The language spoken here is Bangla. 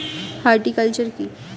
হর্টিকালচার কি?